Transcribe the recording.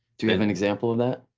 do have an example of that?